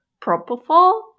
propofol